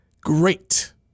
Great